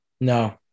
No